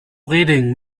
reding